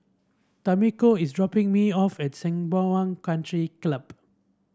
Tamiko is dropping me off at Sembawang Country Club